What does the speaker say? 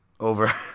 Over